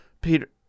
Peter